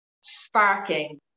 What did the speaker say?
sparking